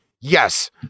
Yes